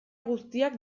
guztiak